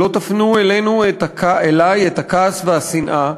שלא תפנו אלי את הכעס והשנאה,